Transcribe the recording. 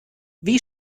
wie